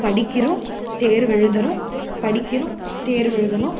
படிக்கிறோம் தேர்வெழுதுகிறோம் படிக்கிறோம் தேர்வெழுதுகிறோம்